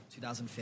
2015